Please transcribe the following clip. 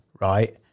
right